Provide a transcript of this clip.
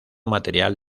material